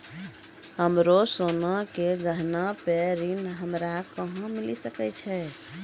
हमरो सोना के गहना पे ऋण हमरा कहां मिली सकै छै?